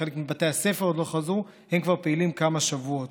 שחלק מבתי הספר עוד לא חזרו והם כבר פעילים כמה שבועות.